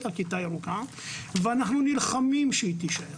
הכיתה הירוקה ואנחנו נלחמים שהיא תישאר